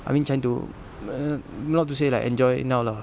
I mean trying to err not to say like enjoy now lah